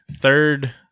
third